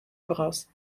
voraus